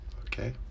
Okay